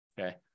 okay